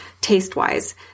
taste-wise